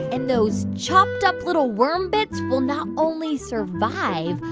and those chopped-up little worm bits will not only survive,